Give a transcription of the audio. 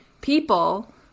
people